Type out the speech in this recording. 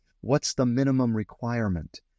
what's-the-minimum-requirement